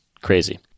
crazy